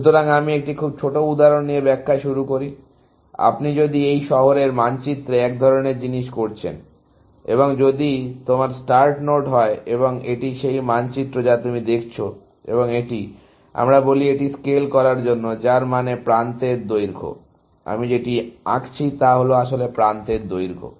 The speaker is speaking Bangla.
সুতরাং আমি একটি খুব ছোট উদাহরণ দিয়ে ব্যাখ্যা শুরু করি আপনি যদি এই শহরের মানচিত্রে এক ধরণের জিনিস করছেন এবং যদি এটি আপনার স্টার্ট নোড হয় এবং এটি সেই মানচিত্র যা তুমি দেখছো এবং এটি আমরা বলি এটি স্কেল করার জন্য যার মানে প্রান্তের দৈর্ঘ্য আমি যেটি আঁকছি তা আসলে প্রান্তের দৈর্ঘ্য